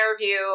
interview